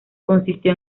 consistió